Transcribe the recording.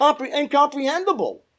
incomprehensible